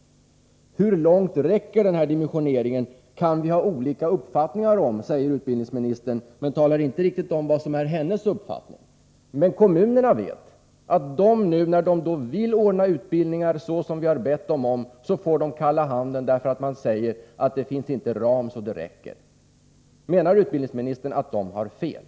Hur långt den här dimensioneringen räcker kan vi ha olika meningar om, säger utbildningsministern. Men hon talar inte riktigt om vad som är hennes uppfattning. Kommunerna vet emellertid att de, när de nu vill ordna utbildningar på det sätt som vi har bett dem göra, möts av kalla handen — man säger att det inte finns en sådan ram att medlen räcker. Menar utbildningsministern att kommunerna har fel?